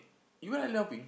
you went island hopping